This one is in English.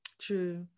True